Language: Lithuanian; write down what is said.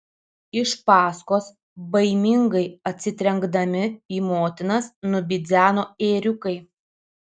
iš paskos baimingai atsitrenkdami į motinas nubidzeno ėriukai